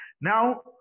Now